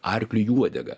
arkliui į uodegą